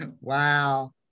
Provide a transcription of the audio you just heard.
wow